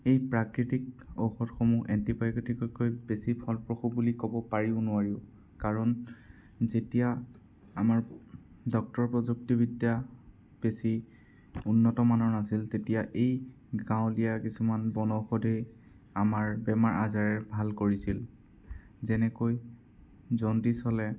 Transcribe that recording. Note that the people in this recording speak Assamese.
এই প্ৰাকৃতিক ঔষধসমূহ এণ্টিবায়টিকতকৈ বেছি ফলপ্ৰসু বুলি ক'ব পাৰিও নোৱাৰিও কাৰণ যেতিয়া আমাৰ ডক্টৰ প্ৰযুক্তিবিদ্যা বেছি উন্নতমানৰ নাছিল তেতিয়া এই গাঁৱলীয়া কিছুমান বনৌষধেই আমাৰ বেমাৰ আজাৰ ভাল কৰিছিল যেনেকৈ জণ্ডিছ হ'লে